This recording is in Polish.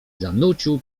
zanucił